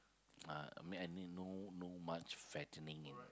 uh I mean I mean no no much fattening in